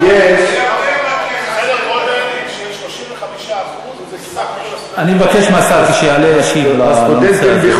הם עוד לא יודעים שיש 35% מסך כל הסטודנטים,